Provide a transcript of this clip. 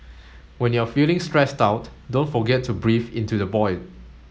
when you are feeling stressed out don't forget to breathe into the void